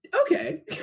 okay